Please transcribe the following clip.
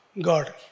God